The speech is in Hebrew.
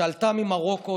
שעלתה ממרוקו,